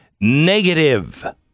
negative